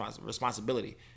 responsibility